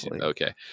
okay